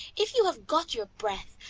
if you have got your breath,